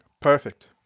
Perfect